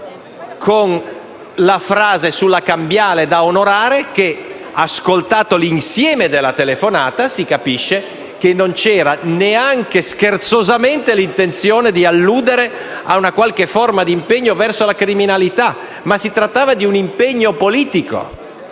con la frase sulla cambiale da onorare, ma, ascoltato l'insieme della telefonata, si capisce che non vi era neanche scherzosamente l'intenzione di alludere a una qualche forma di impegno verso la criminalità. Si trattava di un impegno politico